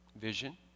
vision